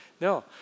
No